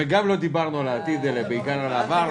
וגם לא דיברנו על העתיד אלא בעיקר על העבר.